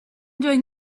doing